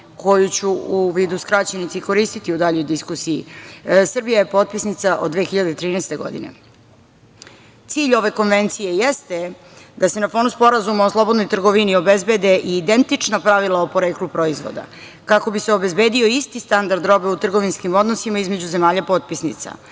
koju ću u vidu skraćenici koristi u daljoj diskusiji. Srbija je potpisnica od 2013. godine. Cilj ove konvencije jeste da se na … Sporazuma o slobodnoj trgovini obezbede identična pravila o poreklu proizvoda, kako bi se obezbedio isti standard robe u trgovinskim odnosima između zemalja potpisnica. Ovom